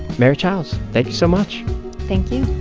mary childs, thank you so much thank you